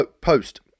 post